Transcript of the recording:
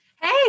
Hey